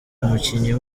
umukinnyi